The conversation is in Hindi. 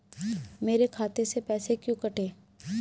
मेरे खाते से पैसे क्यों कटे?